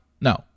No